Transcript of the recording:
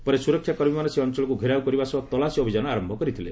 ପରେ ସୁରକ୍ଷାକର୍ମୀମାନେ ସେ ଅଞ୍ଚଳକୁ ଘେରାଉ କରିବା ସହ ତଲାସୀ ଅଭିଯାନ ଆରମ୍ଭ କରିଥିଲେ